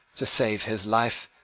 to save his life.